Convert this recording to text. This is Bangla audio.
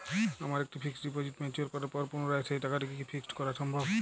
আমার একটি ফিক্সড ডিপোজিট ম্যাচিওর করার পর পুনরায় সেই টাকাটিকে কি ফিক্সড করা সম্ভব?